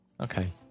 Okay